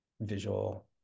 visual